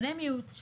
בני מיעוט,